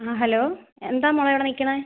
ആ ഹലോ എന്താണ് മോളെ അവിടെ നിൽക്കണെ